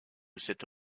cette